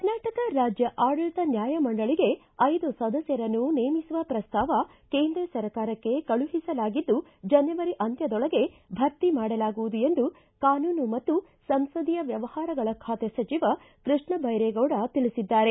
ಕರ್ನಾಟಕ ರಾಜ್ಯ ಆಡಳಿತ ನ್ಯಾಯಮಂಡಳಿಗೆ ಐದು ಸದಸ್ಯರನ್ನು ನೇಮಿಸುವ ಪ್ರಸ್ತಾವ ಕೇಂದ್ರ ಸರ್ಕಾರಕ್ಕೆ ಕಳುಹಿಸಲಾಗಿದ್ದು ಜನವರಿ ಅಂತ್ಯದೊಳಗೆ ಭರ್ತಿ ಮಾಡಲಾಗುವುದು ಎಂದು ಕಾನೂನು ಮತ್ತು ಸಂಸದೀಯ ವ್ವವಹಾರಗಳ ಖಾತೆ ಸಚಿವ ಕೃಷ್ಣ ಧೈರೇಗೌಡ ತಿಳಿಸಿದ್ದಾರೆ